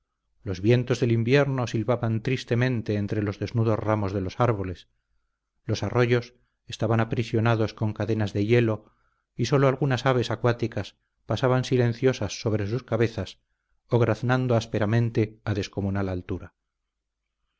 los vientos del invierno silbaban tristemente entre los desnudos ramos de los árboles los arroyos estaban aprisionados con cadenas de hielo y sólo algunas aves acuáticas pasaban silenciosas sobre sus cabezas o graznando ásperamente a descomunal altura